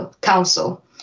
Council